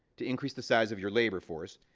to increase the size of your labor force,